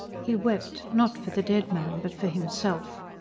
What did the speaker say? he wept, not for the dead man, but for himself.